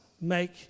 make